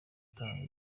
gutanga